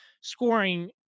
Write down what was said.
scoring